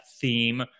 theme